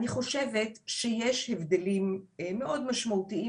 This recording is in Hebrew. אני חושבת שיש הבדלים מאוד משמעותיים